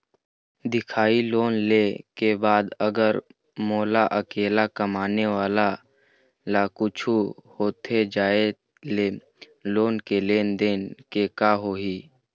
दिखाही लोन ले के बाद अगर मोला अकेला कमाने वाला ला कुछू होथे जाय ले लोन के लेनदेन के का होही?